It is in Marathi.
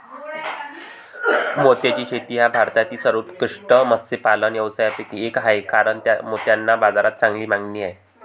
मोत्याची शेती हा भारतातील सर्वोत्कृष्ट मत्स्यपालन व्यवसायांपैकी एक आहे कारण मोत्यांना बाजारात चांगली मागणी आहे